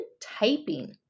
typing